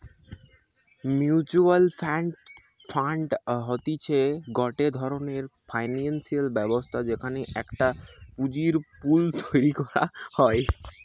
mutual fund হতিছে গটে ধরণের ফিনান্সিয়াল ব্যবস্থা যেখানে একটা পুঁজির পুল তৈরী করা হয়